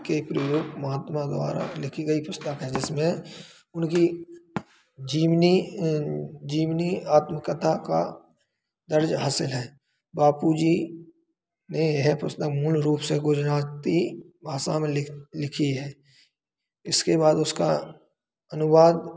के प्रयोग महात्मा द्वारा लिखी गई एक पुस्तक है जिसमें उनकी जीवनी जीवनी आत्मकथा का दर्ज हासिल है बापू जी ने यह पुस्तक मूल रूप से गुजराती भाषा में लिखी है इसके बाद उसका अनुवाद